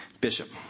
Bishop